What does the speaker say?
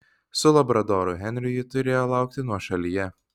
su labradoru henriu ji turėjo laukti nuošalyje